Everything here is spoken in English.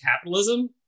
capitalism